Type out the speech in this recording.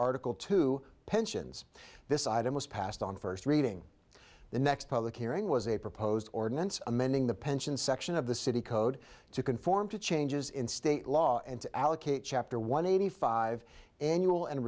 article two pensions this item was passed on first reading the next public hearing was a proposed ordinance amending the pension section of the city code to conform to changes in state law and to allocate chapter one eighty five annual and